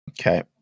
Okay